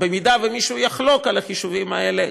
אם מישהו יחלוק על החישובים האלה,